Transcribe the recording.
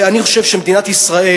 אני חושב שמדינת ישראל,